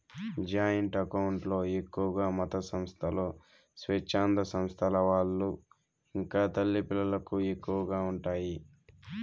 joint account లో ఎక్కువగా మతసంస్థలు, స్వచ్ఛంద సంస్థల వాళ్ళు ఇంకా తల్లి పిల్లలకు ఎక్కువగా ఉంటాయి